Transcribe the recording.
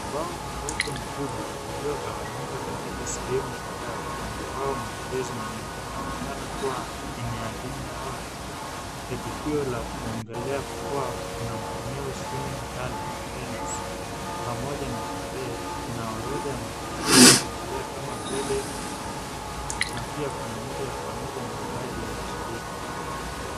Bao mweupe mkubwa uliogawanyika katika sehemu kadhaa kuandikwa maelezo mingi. Inaonekana kuwa ina majina au ratiba ya tukio la kuongelea kuwa kuna maeneo swimming gala la Venice, pamoja na tarehe. Kuna orodha ya matukio na kuongelea kama vile na pia kuna ile ya pamoja na idadi ya washirika.